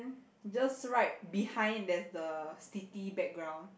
just right behind there's the city background